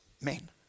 men